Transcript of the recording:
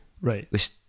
Right